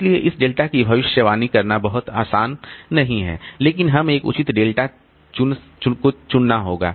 इसलिए इस डेल्टा की भविष्यवाणी करना बहुत आसान नहीं है लेकिन हमें एक उचित डेल्टा चुनना होगा